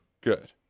Good